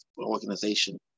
organization